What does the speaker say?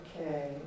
Okay